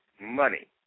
money